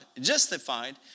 justified